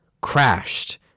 crashed